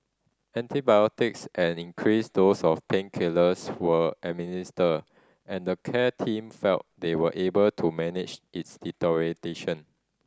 antibiotics and increased dose of painkillers were administered and the care team felt they were able to manage its deterioration